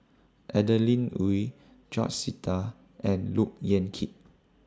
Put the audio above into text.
Adeline Ooi George Sita and Look Yan Kit